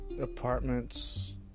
apartments